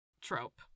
trope